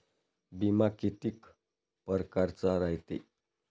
बिमा कितीक परकारचा रायते?